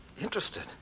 Interested